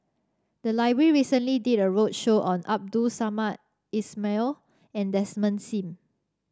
the library recently did a roadshow on Abdul Samad Ismail and Desmond Sim